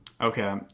okay